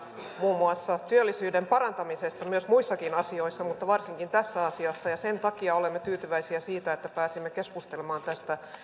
muun muassa työllisyyden parantamisesta myös muissakin asioissa mutta varsinkin tässä asiassa ja sen takia olemme tyytyväisiä siitä että pääsimme keskustelemaan tästä